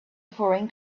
foreign